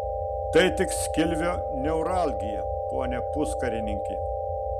tai tik skilvio neuralgija pone puskarininki